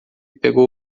pegou